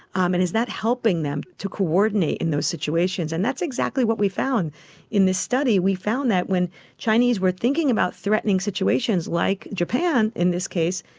um and is that helping them to coordinate in those situations? and that's exactly what we found in this study. we found that when chinese were thinking about threatening situations like japan in this case,